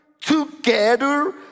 together